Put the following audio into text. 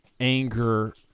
anger